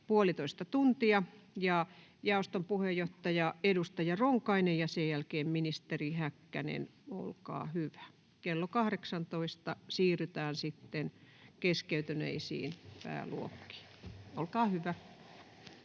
Jaoston puheenjohtaja, edustaja Ronkainen ja sen jälkeen ministeri Häkkänen, olkaa hyvä. — Kello 18 siirrytään sitten keskeytyneisiin pääluokkiin. — Olkaa hyvä.